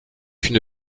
une